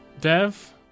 Dev